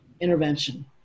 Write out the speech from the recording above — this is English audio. intervention